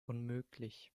unmöglich